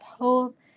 hope